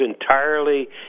entirely